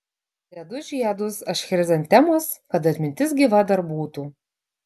dedu žiedus aš chrizantemos kad atmintis gyva dar būtų